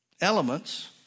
elements